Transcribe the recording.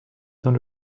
dans